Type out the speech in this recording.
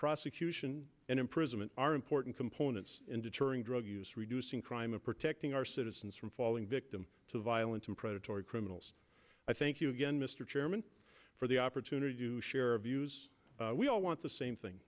prosecution and imprisonment are important components in deterring drug use reducing crime and protecting our citizens from falling victim to violent and predatory criminals i thank you again mr chairman for the opportunity to share our views we all want the same thing